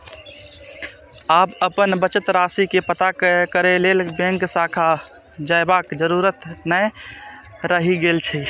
आब अपन बचत राशि के पता करै लेल बैंक शाखा जयबाक जरूरत नै रहि गेल छै